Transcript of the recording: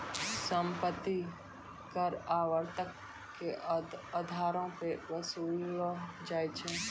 सम्पति कर आवर्तक के अधारो पे वसूललो जाय छै